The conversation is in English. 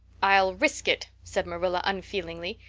i'll risk it, said marilla unfeelingly.